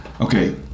Okay